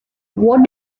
what